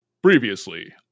previously